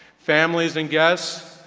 families and guests,